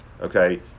Okay